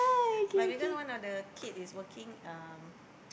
but because one of the kid is working um